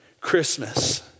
Christmas